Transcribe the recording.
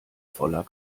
voller